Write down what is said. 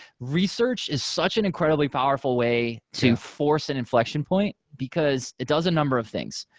research is such an incredibly powerful way to force an inflection point, because it does a number of things.